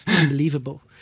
unbelievable